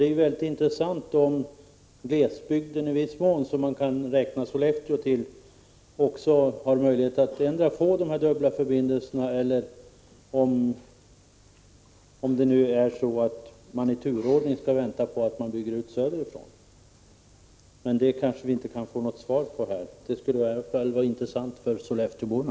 Det är ju mycket intressant om glesbygden, som vi i viss mån kan — 24 april 1986 räkna Sollefteå till, också har möjlighet att få dessa dubbla förbindelser, eller om man i turordning skall vänta på att de byggs ut söderifrån. Men det kanske vi inte kan få något svar på här. Det skulle i varje fall vara intressant för sollefteåborna.